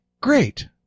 great